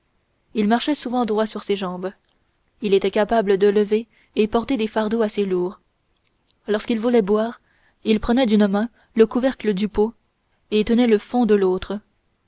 il marchait souvent droit sur ses jambes il était capable de lever et porter des fardeaux assez lourds lorsqu'il voulait boire il prenait d'une main le couvercle du pot et tenait le fond de l'autre